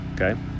okay